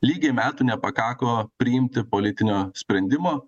ligiai metų nepakako priimti politinio sprendimo